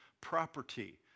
property